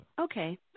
Okay